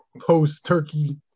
post-Turkey